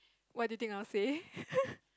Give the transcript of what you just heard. what do you think I will say